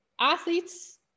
Athletes